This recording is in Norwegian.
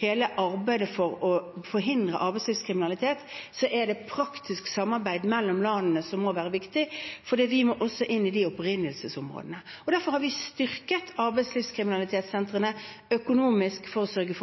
hele arbeidet for å forhindre arbeidslivskriminalitet er det praktisk samarbeid mellom landene som må være viktig, for vi må også inn i opprinnelsesområdene. Derfor har vi styrket arbeidslivskriminalitetssentrene økonomisk, for å sørge